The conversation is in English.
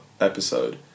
episode